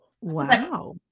Wow